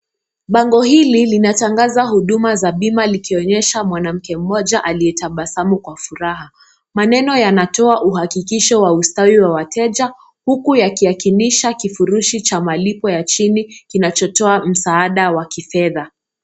Bango hili linatangaza huduma za bima likionyesha mwanamke mmoja aliyetabasamu kwa furaha. Maneno yanatoa uhakikisho wa ustari wa wateja huku yakinisha kifurushi ya malipo ya chini kinachotoa msaada wa kifedha.